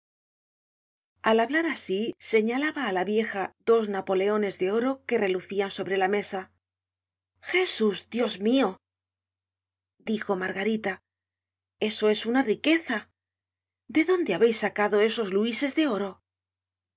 al hablar asi señalaba á la vieja dos napoleones de oro que relucian sobre la mesa jesús dios mio dijo margarita eso es una riqueza de dónde habeis sacado esos luises de oro